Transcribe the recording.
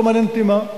לא מעניין אותי מה,